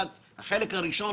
אני חושב,